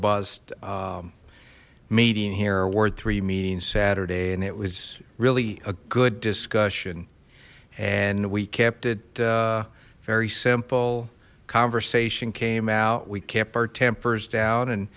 robust meeting here were three meetings saturday and it was really a good discussion and we kept it very simple conversation came out we kept our tempers down and